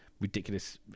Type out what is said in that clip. ridiculous